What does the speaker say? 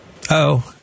-oh